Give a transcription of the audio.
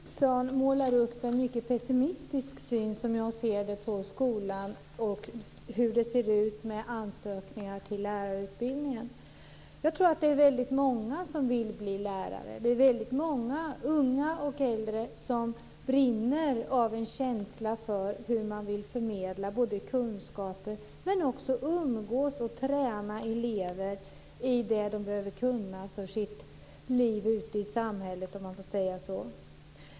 Fru talman! Ulf Nilsson målar upp en mycket pessimistisk bild, som jag ser det, av skolan och av ansökningarna till lärarutbildningen. Jag tror att det är väldigt många som vill bli lärare. Det är väldigt många unga och äldre som brinner för och har en känsla för hur de vill förmedla kunskaper men också umgås med och träna elever i det de behöver kunna för sina liv ute i samhället.